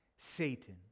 Satan